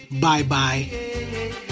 Bye-bye